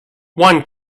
one